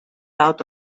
out